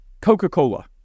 Coca-Cola